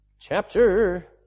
chapter